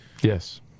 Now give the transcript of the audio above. Yes